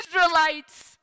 Israelites